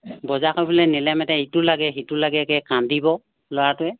বজাৰ কৰিবলৈ নিলে মানে ইটো লাগে সিটো লাগেকৈ কান্দিব ল'ৰাটোৱে